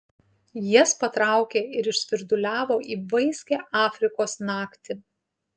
jas patraukė ir išsvirduliavo į vaiskią afrikos naktį